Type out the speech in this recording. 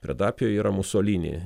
predapijo yra musolini